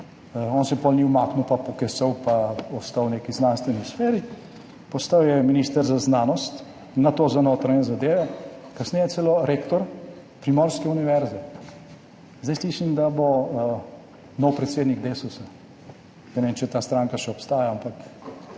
on se potem ni umaknil in pokesal in ostal v neki znanstveni sferi, postal je minister za znanost, nato za notranje zadeve, kasneje celo rektor Univerze na Primorskem. Zdaj slišim, da bo nov predsednik Desusa. Ne vem, če ta stranka še obstaja, ampak